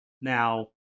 Now